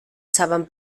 saben